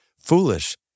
foolish